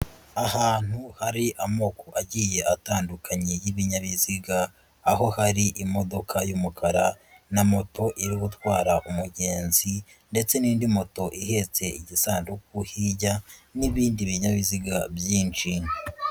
Ahantu hari amoko agiye atandukanye y'ibinyabiziga aho hari imodoka y'umukara na moto iri gutwara umugenzi ndetse n'indi moto ihetse igisanduku hirya n'ibindi binyabiziga byinshi.